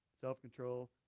self-control